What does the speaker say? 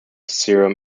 serum